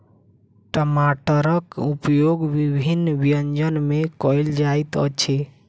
टमाटरक उपयोग विभिन्न व्यंजन मे कयल जाइत अछि